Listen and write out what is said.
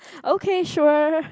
okay sure